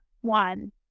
one